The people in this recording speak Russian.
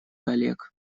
коллег